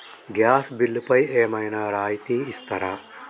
Gas బిల్లుపై ఏమైనా రాయితీ ఇస్తారా?